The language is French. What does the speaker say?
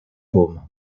paume